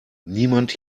niemand